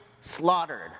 slaughtered